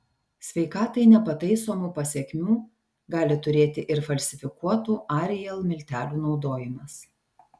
sveikatai nepataisomų pasekmių gali turėti ir falsifikuotų ariel miltelių naudojimas